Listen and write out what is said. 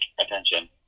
attention